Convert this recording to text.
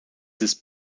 his